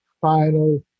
final